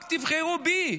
רק תבחרו בי,